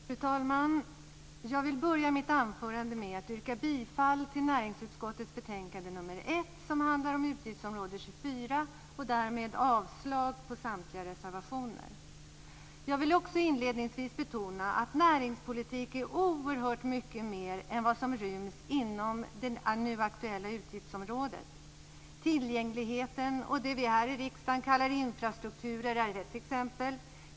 Fru talman! Jag vill börja mitt anförande med att yrka bifall till hemställan i näringsutskottets betänkande nr 1 som handlar om utgiftsområde 24 och därmed avslag på samtliga reservationer. Jag vill också inledningsvis betona att näringspolitik är oerhört mycket mer än vad som ryms inom det nu aktuella utgiftsområdet. Tillgänglighet och det som vi här i riksdagen kallar infrastruktur är två exempel.